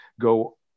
go